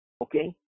okay